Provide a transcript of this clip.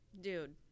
Dude